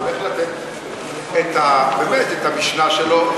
זה לא מוזר שכאשר שר האוצר הולך לתת את המשנה שלו,